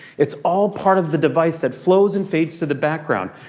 it's all part of the device that flows and fades to the background.